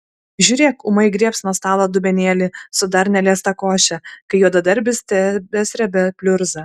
žiūrėk ūmai griebs nuo stalo dubenėlį su dar neliesta koše kai juodadarbis tebesrebia pliurzą